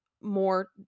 more